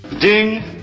Ding